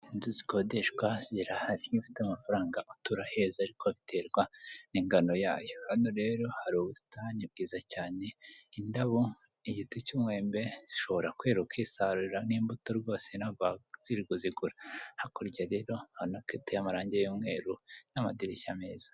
Inzu zikodeshwa zirahari, iyo ufite amafaranga uturaheza ariko biterwa n'ingano yayo, hano rero hari ubusitani bwiza cyane indabo, igiti cy'umwembe zishobora kwerara ukasarurira n'mbuto rwose ntabwo wazirirwa uzigura. Hakurya rero hari na keti y'amarangi y'umweru n'amadirishya meza.